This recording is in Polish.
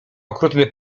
okrutny